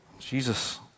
Jesus